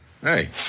Hey